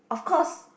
of course